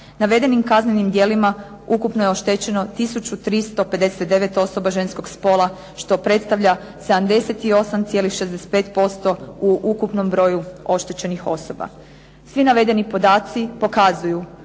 Navedenim kaznenim djela ukupno je oštećeno tisuću 359 osoba ženskog spola što predstavlja 78,65% u ukupnom broju oštećenih osoba. Svi navedeni podaci pokazuju